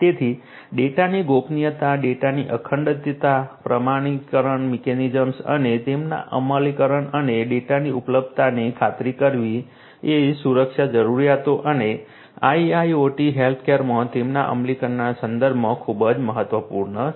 તેથી ડેટાની ગોપનીયતા ડેટાની અખંડિતતા પ્રમાણીકરણ મિકેનિઝમ્સ અને તેમના અમલીકરણ અને ડેટાની ઉપલબ્ધતાની ખાતરી કરવી એ સુરક્ષા જરૂરિયાતો અને IIoT હેલ્થકેરમાં તેમના અમલીકરણના સંદર્ભમાં ખૂબ જ મહત્વપૂર્ણ છે